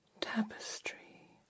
tapestry